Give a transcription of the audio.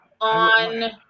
on